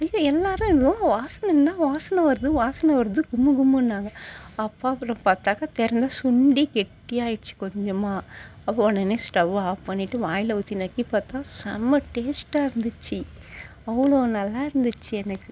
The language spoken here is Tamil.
ஐயோ எல்லாரும் ஏதோ வாசனை என்ன வாசனை வருது வாசனை வருது குமுகுமுன்னாங்க அப்பா அப்புறம் பார்த்தாக்கா திறந்தா சுண்டி கெட்டியாகிடுச்சி கொஞ்சமா அப்போ உடனே ஸ்டவ்வை ஆஃப் பண்ணிவிட்டு வாயில் ஊற்றி நக்கி பார்த்தா செம்ம டேஸ்டாக இருந்துச்சு அவ்வளோ நல்லாயிருந்துச்சி எனக்கு